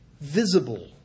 visible